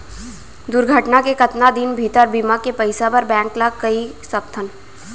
दुर्घटना के कतका दिन भीतर बीमा के पइसा बर बैंक ल कई सकथन?